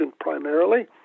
primarily